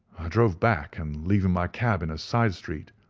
drove back, and leaving my cab in a side street,